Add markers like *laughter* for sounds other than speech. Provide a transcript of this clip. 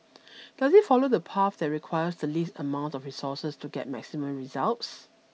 *noise* does it follow the path that requires the least amount of resources to get maximum results